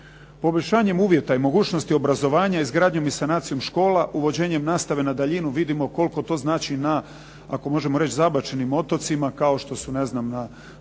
Poboljšanjem uvjeta i mogućnosti, izgradnjom i sanacijom škola, uvođenjem nastavu na daljinu vidimo koliko to znači na ako možemo reći na zabačenim otocima, kao što su recimo na